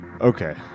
Okay